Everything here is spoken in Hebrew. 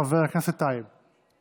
חבר הכנסת טייב.